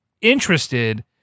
interested